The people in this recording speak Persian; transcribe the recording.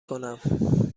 کنم